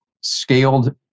scaled